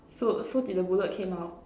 so so did the bullet came out